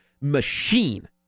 machine